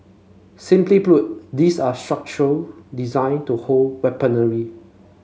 simply put these are structure designed to hold weaponry